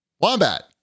Wombat